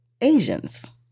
Asians